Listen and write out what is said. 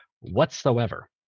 whatsoever